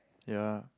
ya